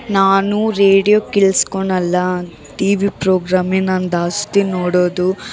ನಾನು ರೇಡಿಯೋ ಕೇಳಿಸ್ಕೋಳಲ್ಲ T V ಪ್ರೋಗ್ರಾಮೇ ನಾನು ಜಾಸ್ತಿ ನೋಡೋದು